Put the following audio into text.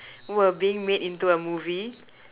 were being made into a movie